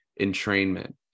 entrainment